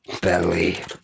belly